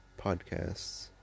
podcasts